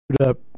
up